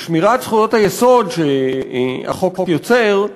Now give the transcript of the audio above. לשמירת זכויות היסוד שהחוק יוצר,